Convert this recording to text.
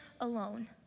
alone